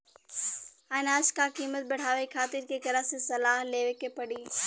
अनाज क कीमत बढ़ावे खातिर केकरा से सलाह लेवे के पड़ी?